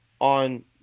on